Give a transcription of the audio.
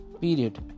period